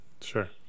Sure